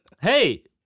Hey